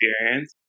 experience